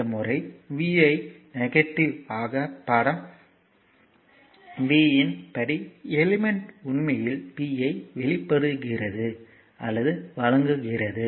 இந்த முறை vi ஐ நெகட்டிவ் ஆக படம் b இன் படி எலிமெண்ட் உண்மையில் p ஐ வெளியிடுகிறது அல்லது வழங்குகிறது